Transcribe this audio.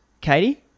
Katie